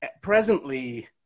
presently